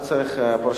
לא צריך פרשנות.